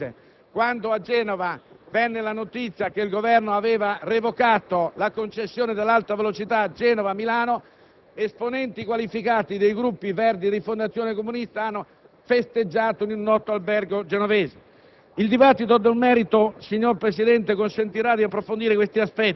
e ferroviarie necessarie ad aumentarne la competitività. Quando a Genova venne divulgata la notizia che il Governo aveva revocato la concessione dell'Alta velocità per la tratta Genova-Milano, esponenti qualificati dei Gruppi Verdi e Rifondazione Comunista hanno festeggiato in un noto albergo genovese.